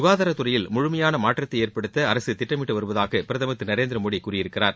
சுகாதாரத்துறையில் முழுமையான மாற்றத்தை ஏற்படுத்த அரசு திட்டமிட்டு வருவதாக பிரதமர் திரு நரேந்திர மோடி கூறியிருக்கிறார்